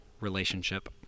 relationship